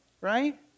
right